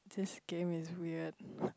this game is weird